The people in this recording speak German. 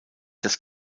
das